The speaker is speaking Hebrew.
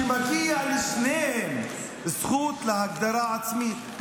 ומגיעה לשניהם זכות להגדרה עצמית.